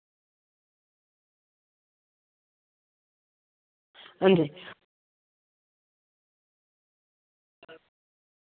अंजी